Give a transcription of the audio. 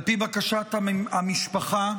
על פי בקשת המשפחה,